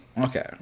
Okay